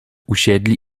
usiedli